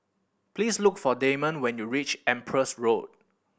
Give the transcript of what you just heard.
please look for Damond when you reach Empress Road